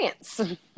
experience